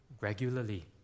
regularly